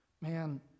man